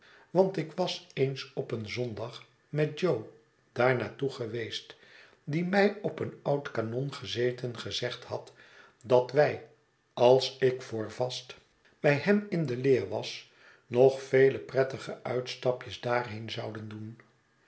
want ik was eens op een zondag met jo daar naar toe geweest die mij op een oud kanon gezeten gezegd had dat wij als ik voor vast bij hem in de leer vele prettige uitstapjes daarheen zouden doen